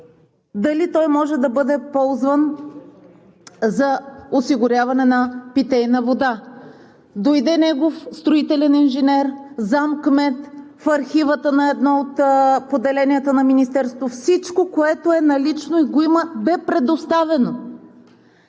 дали той може да бъде ползван за осигуряване на питейна вода. Дойде негов строителен инженер, заместник-кмет в архивата на едно от поделенията на Министерството. Всичко, което е налично и го има, бе представено.